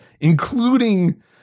including